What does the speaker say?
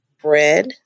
bread